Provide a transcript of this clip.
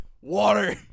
Water